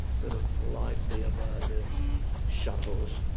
sort of politely about the shuttles.